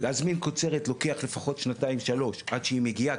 להזמין קוצרת לוקח לפחות שנתיים שלוש עד שהיא מגיעה,